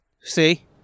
See